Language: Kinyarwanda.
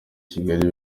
kigali